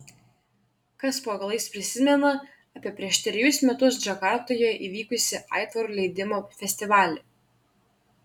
kas po galais prisimena apie prieš trejus metus džakartoje įvykusį aitvarų leidimo festivalį